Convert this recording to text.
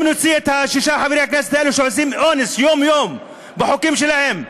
אם נוציא את ששת חברי הכנסת האלה שעושים אונס יום-יום בחוקים שלהם,